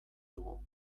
dugu